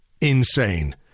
insane